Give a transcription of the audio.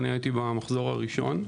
הייתי במחזור הראשון.